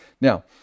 Now